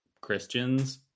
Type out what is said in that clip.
Christians